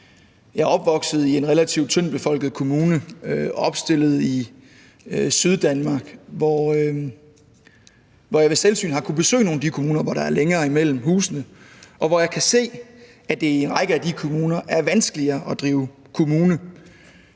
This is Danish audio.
jeg er opvokset i en relativt tyndtbefolket kommune og opstillet i Syddanmark, hvor jeg har kunnet besøge nogle af de kommuner, hvor der er længere imellem husene, og hvor jeg kan se, at det i en række af de kommuner er vanskeligere at drive kommune,